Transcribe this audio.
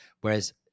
Whereas